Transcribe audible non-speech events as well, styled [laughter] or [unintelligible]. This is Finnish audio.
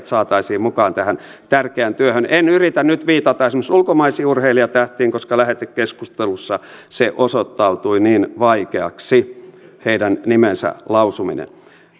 [unintelligible] saataisiin mukaan tähän tärkeään työhön en yritä nyt viitata esimerkiksi ulkomaisiin urheilijatähtiin koska lähetekeskustelussa se osoittautui niin vaikeaksi heidän nimensä lausuminen